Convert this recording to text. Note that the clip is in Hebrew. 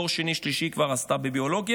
תואר שני ושלישי היא כבר עשתה בביולוגיה,